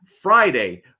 Friday